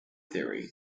theory